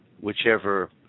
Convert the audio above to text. whichever